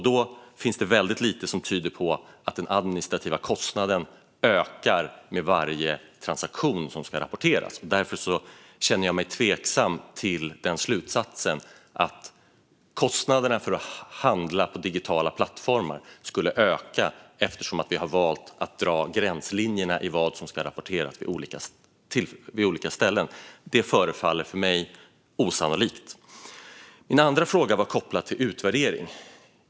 Då finns det väldigt lite som tyder på att den administrativa kostnaden ökar med varje transaktion som ska rapporteras. Jag känner mig därför tveksam till slutsatsen att kostnaderna för att handla på digitala plattformar skulle öka för att vi har valt att dra gränslinjerna för vad som ska rapporteras på olika ställen. Det förefaller för mig osannolikt. Min andra fråga gällde utvärdering.